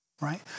right